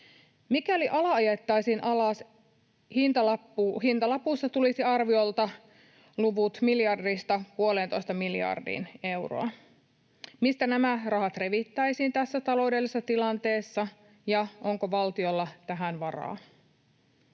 Mikäli ala ajettaisiin alas, hintalappu tulisi arviolta olemaan 1—1,5 miljardia euroa. Mistä nämä rahat revittäisiin tässä taloudellisessa tilanteessa, ja onko valtiolla tähän varaa?